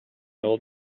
old